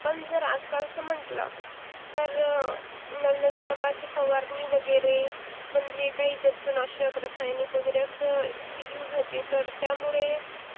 पण जर आजकालचं म्हटलं तर नवनवीन प्रकारची फवारणी वगैरे म्हणजे काही जंतुनाशक रासायनिक वगैरे असं युज होते तर त्यामुळे